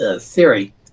Theory